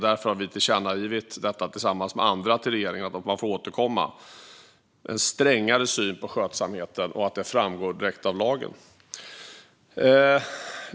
Därför har vi tillsammans med andra tillkännagivit till regeringen att den får återkomma med en strängare syn på skötsamheten, som ska framgå direkt av lagen.